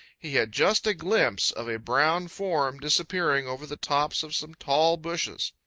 he had just a glimpse of a brown form disappearing over the tops of some tall bushes.